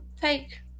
take